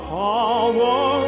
power